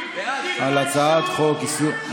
להצבעה על הצעת חוק לתיקון, תצביעו נגד.